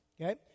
okay